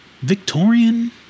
Victorian